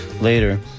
later